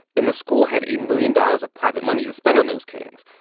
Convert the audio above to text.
and the school had a million dollars of private money to spend on those kings.